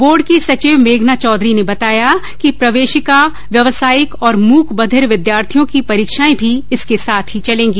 board की सचिव मेघना चौधरी ने बताया कि प्रवेशिका व्यवसायिक और मूक बधिर विद्यार्थियों की परीक्षाएं भी इसके साथ ही चलेगी